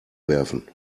werfen